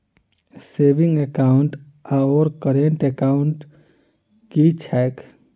Saving account आओर current account की छैक?